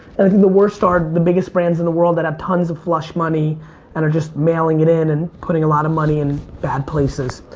and i think the worst are the biggest brands in the world that have tons of flush money and are just mailing it in and are putting a lot of money in bad places.